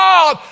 God